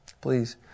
Please